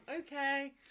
okay